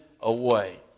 away